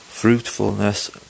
Fruitfulness